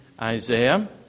Isaiah